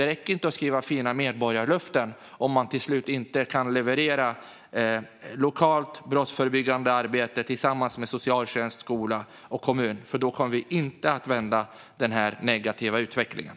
Det räcker inte med att skriva fina medborgarlöften om man till slut inte kan leverera lokalt brottsförebyggande arbete tillsammans med socialtjänst, skola och kommun. Då kommer vi inte att vända den negativa utvecklingen.